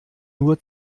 nur